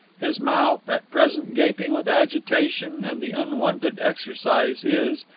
his mouth, at present gaping with agitation and the unwonted exercise, is,